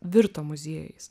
virto muziejais